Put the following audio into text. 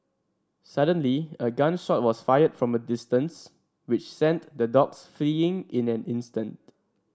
suddenly a gun shot was fired from a distance which sent the dogs fleeing in an instant